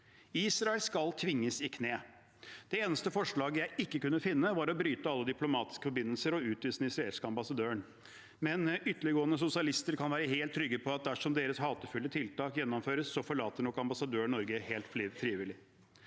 Israel skal tvinges i kne. Det eneste forslaget jeg ikke kunne finne, var å bryte alle diplomatiske forbindelser og utvise den israelske ambassadøren. Ytterliggående sosialister kan være helt trygge på at dersom deres hatefulle tiltak gjennomføres, forlater nok ambassadøren Norge helt frivillig.